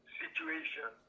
situation